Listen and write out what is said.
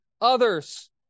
others